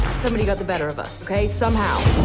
somebody got the better of us. okay? somehow.